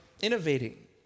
innovating